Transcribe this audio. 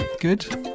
good